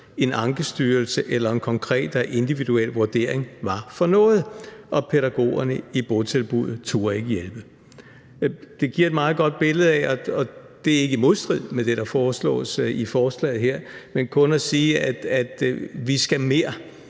en Ankestyrelse eller en konkret og individuel vurdering var for noget. Og pædagogerne i botilbuddet turde ikke hjælpe.« Det giver et meget godt billede af – og det er ikke i modstrid med det, der foreslås i forslaget her – at vi skal mere